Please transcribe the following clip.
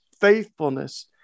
faithfulness